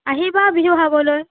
আহিবা বিহু খাবলৈ